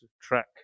track